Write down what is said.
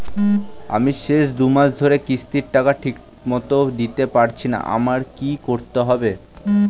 আমি শেষ দুমাস ধরে কিস্তির টাকা ঠিকমতো দিতে পারছিনা আমার কি করতে হবে?